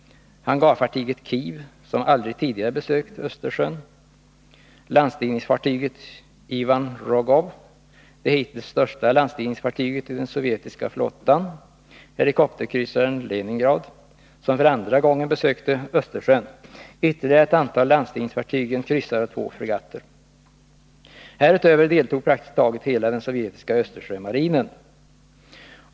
hangarfartyget Kiev, som aldrig tidigare besökt Östersjön, Härutöver deltog praktiskt taget hela den sovjetiska Östersjömarinen.